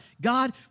God